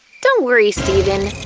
don't worry, steven,